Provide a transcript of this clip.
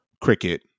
Cricket